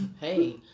Hey